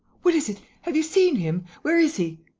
what is it? have you seen him? where is he?